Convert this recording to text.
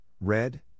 red